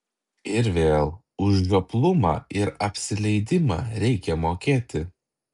ir vėl už žioplumą ir apsileidimą reikia mokėti